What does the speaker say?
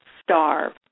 starve